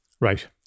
right